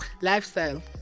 Lifestyle